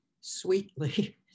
sweetly